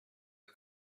the